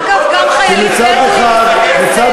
אגב, גם חיילים בדואים, מצד